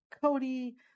Cody